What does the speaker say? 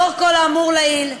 לאור כל האמור לעיל,